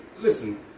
listen